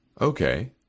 Okay